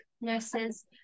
nurses